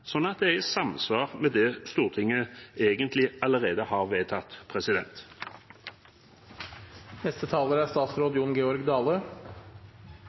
at det er i samsvar med det Stortinget egentlig allerede har vedtatt.